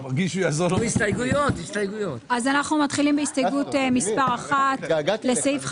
הסתייגות מספר 1 לסעיף 5(4)(א).